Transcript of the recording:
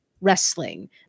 wrestling